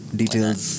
details